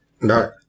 No